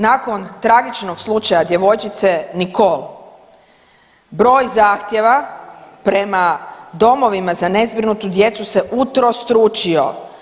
Nakon tragičnog slučaja djevojčice Nicol broj zahtjeva prema domovima za nezbrinutu djecu se utrostručio.